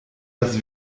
das